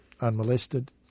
unmolested